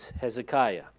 Hezekiah